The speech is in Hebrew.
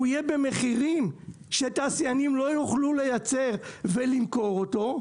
הוא יהיה במחירים שהתעשיינים לא יוכלו לייצר ולמכור אותו,